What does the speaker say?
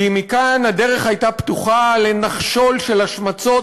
כי מכאן הדרך הייתה פתוחה לנחשול של השמצות